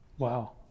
Wow